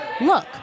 look